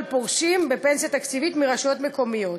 על פורשים בפנסיה תקציבית מרשויות מקומיות.